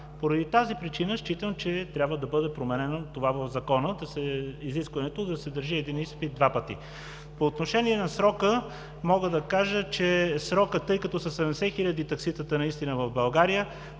Поради тази причина считам, че трябва да бъде променено в Закона изискването да се държи един изпит два пъти. По отношение на срока мога да кажа, че тъй като са 70 хиляди такситата в България,